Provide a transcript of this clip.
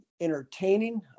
entertaining